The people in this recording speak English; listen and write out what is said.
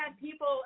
people